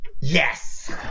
Yes